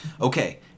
Okay